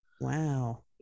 Wow